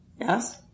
Yes